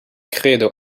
kredo